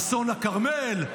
אסון הכרמל,